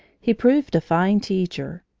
he proved a fine teacher.